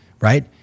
Right